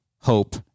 hope